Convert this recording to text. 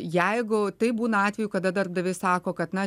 jeigu taip būna atvejų kada darbdaviai sako kad na